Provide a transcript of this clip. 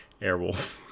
Airwolf